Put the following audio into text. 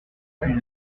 depuis